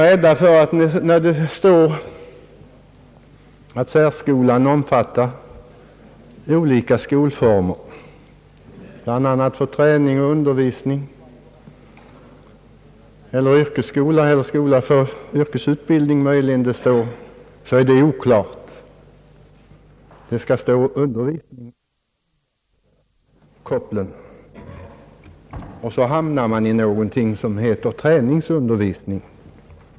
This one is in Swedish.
När det står att särskolan omfattar olika skolformer, bl.a. för träning och undervisning, och skola för yrkesundervisning, så finner man det oklart. Det skall stå undervisning i alla de där leden. Och så hamnar man i någonting som heter träningsundervisning.